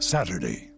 Saturday